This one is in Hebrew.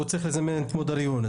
הוא צריך לזמן את מודר יונס,